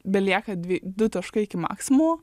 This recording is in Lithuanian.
belieka dvi du taškai iki maksimumo